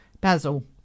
basil